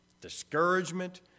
discouragement